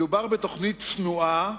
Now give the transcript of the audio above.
מדובר בתוכנית צנועה,